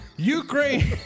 Ukraine